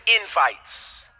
invites